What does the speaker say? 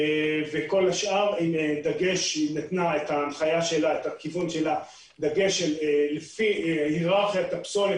וכל השאר היא נתנה הנחייה לפי היררכיית הפסולת